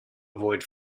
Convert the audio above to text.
avoid